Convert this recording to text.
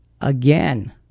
Again